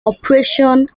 operation